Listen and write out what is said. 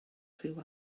rhyw